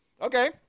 Okay